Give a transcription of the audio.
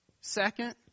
Second